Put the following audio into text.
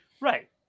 right